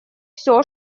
всё